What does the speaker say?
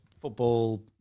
football